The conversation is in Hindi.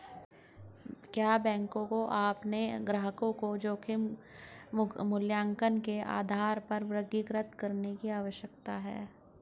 क्या बैंकों को अपने ग्राहकों को जोखिम मूल्यांकन के आधार पर वर्गीकृत करने की आवश्यकता है?